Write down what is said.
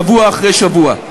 שבוע אחרי שבוע.